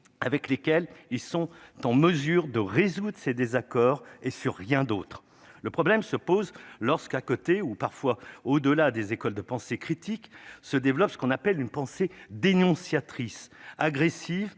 avec lesquels ils son t'en mesure de résoudre ses désaccords et sur rien d'autre : le problème se pose lorsqu'à côté ou parfois au-delà des écoles de pensée critique se développe ce qu'on appelle une pensée dénonciatrice agressive